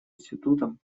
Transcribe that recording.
институтом